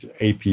AP